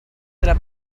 della